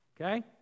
Okay